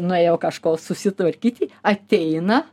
nuėjau kažko susitvarkyti ateina